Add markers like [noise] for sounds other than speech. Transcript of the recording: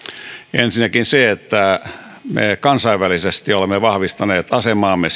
ensinnäkin se että me kansainvälisesti olemme vahvistaneet asemaamme [unintelligible]